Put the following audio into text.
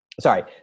sorry